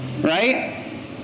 right